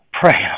pray